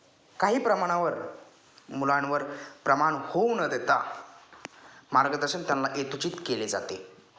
काही प्रमाणावर मुलांवर प्रमाण होऊ न देता मार्गदर्शन त्यांला यथोचित केले जाते